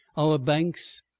our banks,